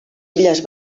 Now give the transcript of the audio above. illes